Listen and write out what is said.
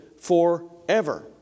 Forever